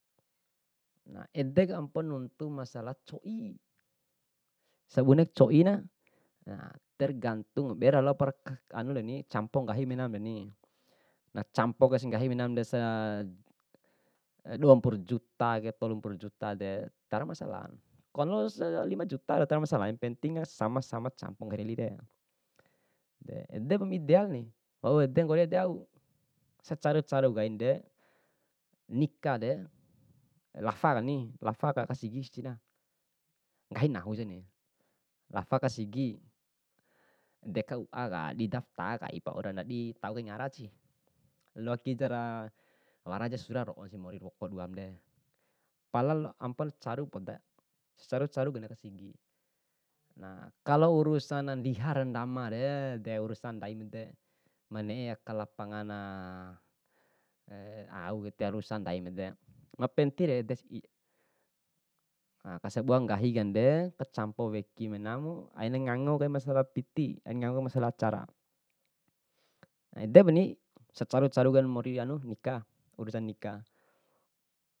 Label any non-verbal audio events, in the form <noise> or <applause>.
Edeku ampona nuntu masalah coi, sabune coina, na tergantung beralalo perk anureni campo nggahi menamuni, kacapo kaisi nggahi menamu de sa dua puru juta de, tolu mpuru juta de tiwara masalan kalose <hesitation> lima juta rau tiwara masala yang penting sama sama campu nggahi ra elire. De ede pa ma idealni, wau ede nggori ede au, secaru caru kainde nika de lafakani, lafaka aka sigi si cina, nggahi nahu sini, lafa ka sigi. De kua ka didaftar kai paura, ndadi tau kani ngarasi. Loa kidera, wara ja sura doho mori woko duamure. Pala ampon caru poda, secaru caru kone aka sigi. Na'klo urusana ndiha ra ndama re, de urusan ndaimu ede'mane'e aka lapangana <hesitation> auk tira urusan ndaim ede, mapentire edesi <unintelligible> kasabua nggahi akande, kacampo weki menamu, aina ngango kaim masalah piti, aina ngango masalah acara, edem pani secaru caru kain mori anu nika, urusan nika.